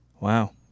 Wow